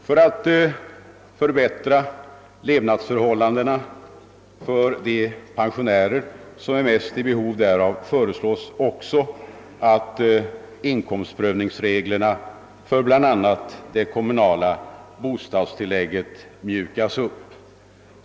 För att förbättra levnadsförhållandena för de pensionärer som mest är i behov därav föreslås också att inkomstprövningsreglerna för bl.a. det kommunala bostadstillägget mjukas upp.